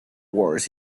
wars